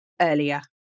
earlier